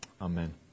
Amen